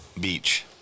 Beach